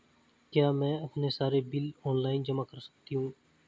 क्या मैं अपने सारे बिल ऑनलाइन जमा कर सकती हूँ?